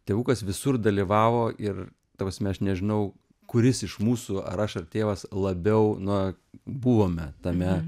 tėvukas visur dalyvavo ir ta prasme aš nežinau kuris iš mūsų ar aš ar tėvas labiau na buvome tame